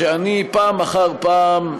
שאני פעם אחר פעם,